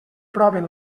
proven